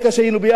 כשהיינו יחד?